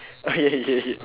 uh ya ya ya ya